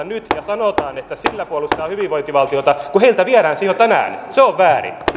nyt ja sanotaan että sillä puolustetaan hyvinvointivaltiota kun heiltä viedään se jo tänään se on väärin